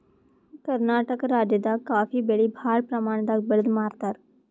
ಕರ್ನಾಟಕ್ ರಾಜ್ಯದಾಗ ಕಾಫೀ ಬೆಳಿ ಭಾಳ್ ಪ್ರಮಾಣದಾಗ್ ಬೆಳ್ದ್ ಮಾರ್ತಾರ್